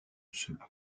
cela